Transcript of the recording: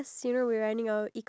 us